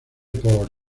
por